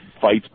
fights